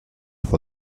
for